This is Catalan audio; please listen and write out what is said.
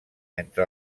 entre